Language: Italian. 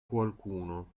qualcuno